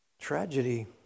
tragedy